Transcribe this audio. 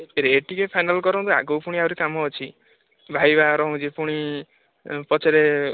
rate ଟିକିଏ final କରନ୍ତୁ ଆଗକୁ ଫୁଣି ଆହୁରି କାମ ଅଛି ଭାଇ ବାହାଘର ହେଉଛି ଫୁଣି ପଛରେ